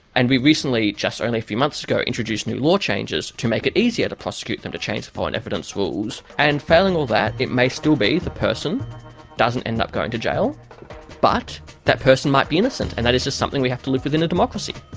and we recently just only a few months ago introduced new law changes to make it easier to prosecute them, to change the foreign evidence rules. and failing all that, it may still be the person doesn't end up going to jail but that person might be innocent and that is just something we have to live with in a democracy.